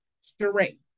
straight